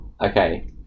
Okay